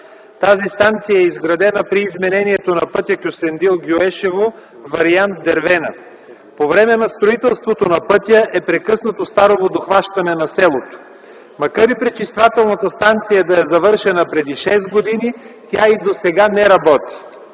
Тази станция е изградена при изменението на пътя Кюстендил Гюешево, вариант „Дервена”. По време на строителството на пътя е прекъснато старо водохващане на селото. Макар пречиствателната станция да е завършена преди шест години, тя и досега не работи.